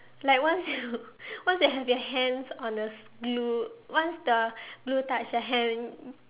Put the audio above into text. like once you once you have your hands on the glue once the glue touch the hand